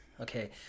Okay